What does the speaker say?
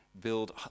build